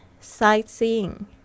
Sightseeing